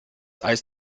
eis